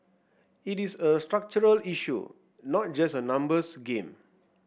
it is a structural issue not just a numbers game